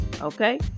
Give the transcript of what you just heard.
okay